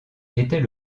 était